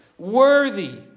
Worthy